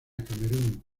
camerún